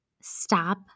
stop